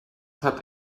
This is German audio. hat